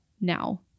now